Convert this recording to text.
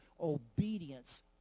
Obedience